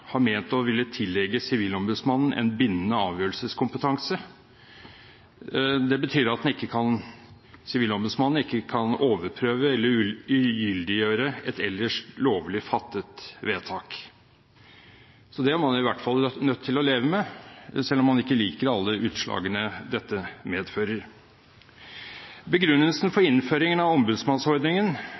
har ment å ville tillegge Sivilombudsmannen en bindende avgjørelseskompetanse. Det betyr at Sivilombudsmannen ikke kan overprøve eller ugyldiggjøre et ellers lovlig fattet vedtak. Det er han nødt til å leve med, selv om han ikke liker alle utslagene dette medfører. Begrunnelsen for innføringen av ombudsmannsordningen